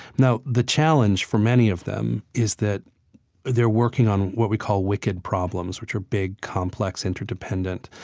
now the challenge for many of them is that they're working on what we call wicked problems, which are big complex interdependent.